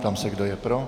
Ptám se, kdo je pro.